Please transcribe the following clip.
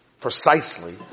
precisely